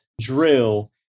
drill